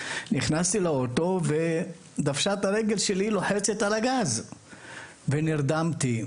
נכנסתי לאוטו והרגל שלי לחצה על דוושת הגז כי נרדמתי.